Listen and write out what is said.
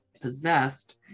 possessed